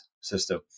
system